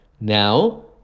Now